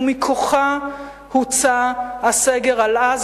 ומכוחה הוצא הסגר על עזה,